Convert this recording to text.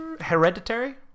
Hereditary